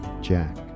Jack